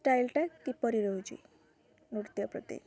ଷ୍ଟାଇଲ୍ଟା କିପରି ରହୁଛି ନୃତ୍ୟ ପ୍ରତି